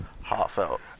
heartfelt